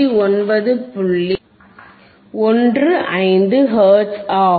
15 hertz ஆகும்